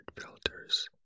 filters